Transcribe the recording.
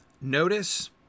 Notice